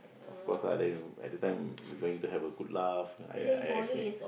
of course lah then you at the time we going to have a good laugh uh I I estimate